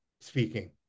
speaking